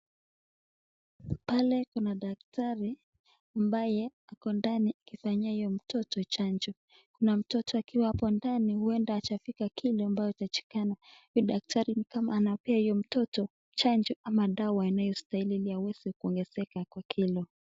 Pale kuna daktari ambaye ako ndani akifanyayo mtoto chanjo. Kuna mtoto akiwa hapo ndani huenda achafika kilo ambayo itachekana. Huyo daktari ni kama anapea huyo mtoto chanjo ama dawa inayostahili ili aweze kuongezeka kwa kilo.